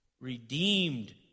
redeemed